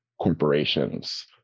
corporations